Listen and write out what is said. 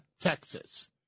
Texas